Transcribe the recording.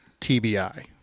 TBI